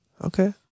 Okay